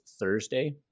Thursday